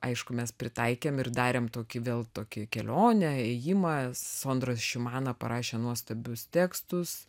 aišku mes pritaikėm ir darėm tokį vėl tokį kelionę ėjimą sondra šimana parašė nuostabius tekstus